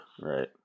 Right